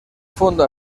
fondo